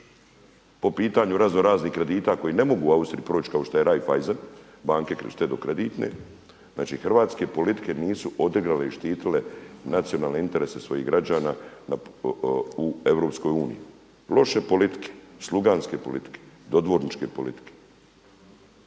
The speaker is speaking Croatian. po pitanju razno-raznih kredita koji ne mogu u Austriji proći kao što je Raiffeisen banke štedno kreditne. Znači, hrvatske politike nisu odigrale i štitile nacionalne interese svojih građana u Europskoj uniji. Loše politike, sluganske politike, dodvorničke politike.